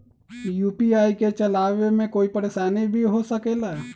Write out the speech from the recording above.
UPI के चलावे मे कोई परेशानी भी हो सकेला?